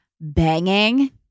banging